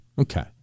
Okay